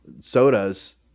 sodas